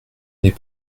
n’est